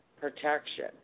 protection